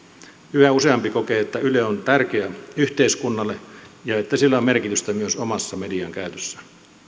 yhä useampi kokee että yle on tärkeä yhteiskunnalle ja että sillä on merkitystä myös omassa median käytössä